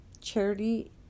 Charity